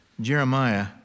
Jeremiah